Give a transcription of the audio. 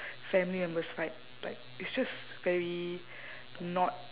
family members fight like it's just very not